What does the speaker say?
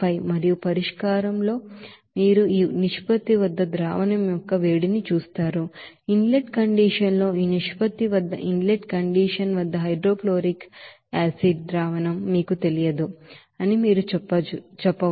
మరియు పరిష్కారంలో మీరు ఈ నిష్పత్తివద్ద హీట్ అఫ్ సొల్యూషన్ని చూస్తారు ఇన్ లెట్ కండిషన్ లో ఈ నిష్పత్తివద్ద ఇన్ లెట్ కండిషన్ వద్ద హైడ్రోక్లోరిక్ యాసిడ్ సొల్యూషన్ మీకు తెలియదు అని మీరు చెప్పవచ్చు